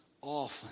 often